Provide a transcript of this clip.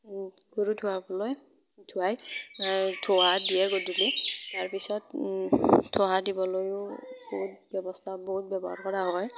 গৰু ধোৱাবলৈ ধোৱাই ধোঁৱা দিয়ে গধূলি তাৰপিছত ধোঁৱা দিবলৈও বহুত ব্যৱস্থা বহুত ব্যৱহাৰ কৰা হয়